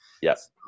Yes